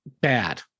Bad